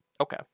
Okay